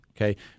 okay